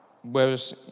Whereas